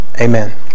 Amen